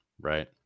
right